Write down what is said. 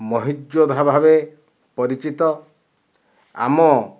ମହିଯୋଦ୍ଧା ଭାବେ ପରିଚିତ ଆମ